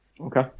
Okay